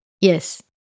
Yes